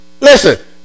Listen